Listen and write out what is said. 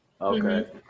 okay